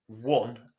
one